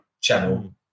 channel